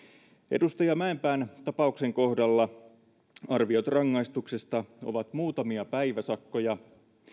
edustaja mäenpään tapauksen kohdalla arviot rangaistuksesta ovat muutamia päiväsakkoja